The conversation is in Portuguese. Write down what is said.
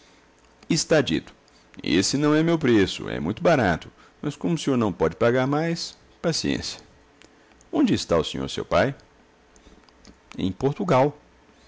está dito esse não é o meu preço é muito barato mas como o senhor não pode pagar mais paciência onde está o senhor seu pai em portugal